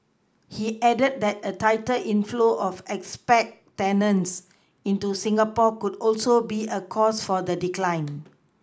he added that a tighter inflow of expat tenants into Singapore could also be a cause for the decline